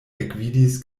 ekvidis